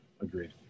Agreed